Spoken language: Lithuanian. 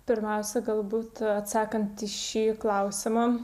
pirmiausia galbūt atsakant į šį klausimą